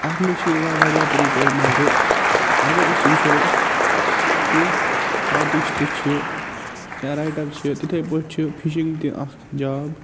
اَتھ منٛز چھِ یِوان واریاہ طریٖقَو مَزٕ اگر أسۍ وُچھَو کہ آرٹِشٹ چھِ یا رایٹَر چھِ تِتھٕے پٲٹھۍ چھِ فِشِنٛگ تہِ اَکھ جاب